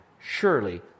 surely